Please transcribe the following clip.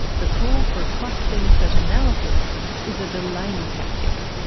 the call for a cost benefit analysis is a delaying tactic.